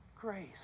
grace